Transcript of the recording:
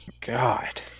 God